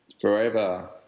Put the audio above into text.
forever